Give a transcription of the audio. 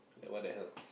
then what the hell